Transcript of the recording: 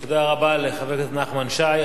תודה רבה לחבר הכנסת נחמן שי.